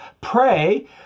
pray